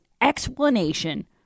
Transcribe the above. explanation